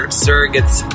surrogate's